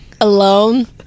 Alone